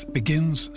begins